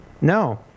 No